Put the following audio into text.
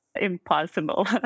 impossible